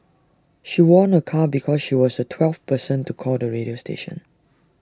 she won A car because she was the twelfth person to call the radio station